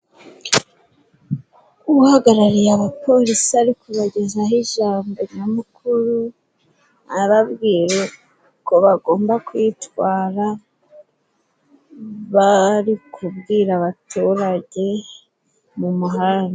Uhagarariye abapolisi ari kubagezaho ijambo nyamukuru, ababwira ko bagomba kwitwara bari kubwira baturage mu muhanda.